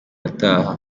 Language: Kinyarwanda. ataha